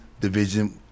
division